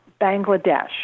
Bangladesh